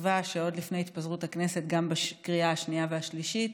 ובתקווה שעוד לפני התפזרות הכנסת גם בקריאה השנייה והשלישית.